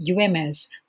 UMS